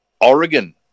Oregon